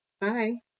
Bye